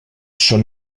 són